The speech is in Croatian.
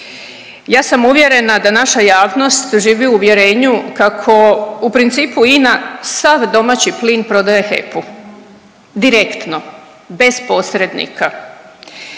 Ja sam uvjerena da naša javnost živi u uvjerenju kako u principu INA sav domaći plin prodaje HEP-u direktno bez posrednika